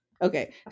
okay